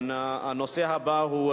הנושא הבא הוא: